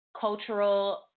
cultural